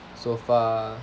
so far